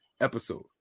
episode